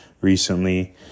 recently